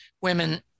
women